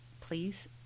Please